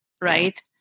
Right